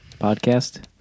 podcast